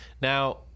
Now